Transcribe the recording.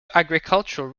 agricultural